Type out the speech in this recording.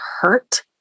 hurt